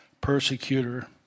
persecutor